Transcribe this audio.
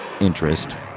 interest